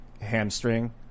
hamstring